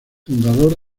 fundador